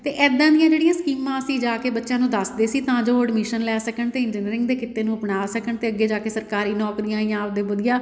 ਅਤੇ ਇੱਦਾਂ ਦੀਆਂ ਜਿਹੜੀਆਂ ਸਕੀਮਾਂ ਅਸੀਂ ਜਾ ਕੇ ਬੱਚਿਆਂ ਨੂੰ ਦੱਸਦੇ ਸੀ ਤਾਂ ਜੋ ਉਹ ਐਡਮਿਸ਼ਨ ਲੈ ਸਕਣ ਅਤੇ ਇੰਜੀਨੀਅਰਿੰਗ ਦੇ ਕਿੱਤੇ ਨੂੰ ਅਪਣਾ ਸਕਣ ਅਤੇ ਅੱਗੇ ਜਾ ਕੇ ਸਰਕਾਰੀ ਨੌਕਰੀਆਂ ਜਾਂ ਆਪਣੇ ਵਧੀਆ